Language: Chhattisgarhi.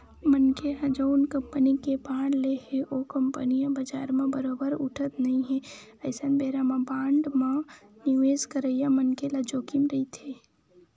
मनखे ह जउन कंपनी के बांड ले हे ओ कंपनी ह बजार म बरोबर उठत नइ हे अइसन बेरा म बांड म निवेस करइया मनखे ल जोखिम रहिथे